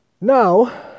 Now